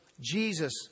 Jesus